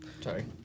Sorry